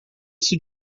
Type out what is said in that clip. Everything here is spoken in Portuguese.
isso